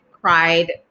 cried